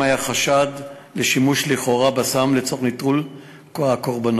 היה חשד לשימוש לכאורה בסם לצורך נטרול הקורבנות